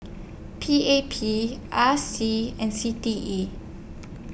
P A P R C and C T E